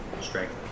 Strength